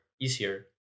easier